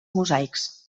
mosaics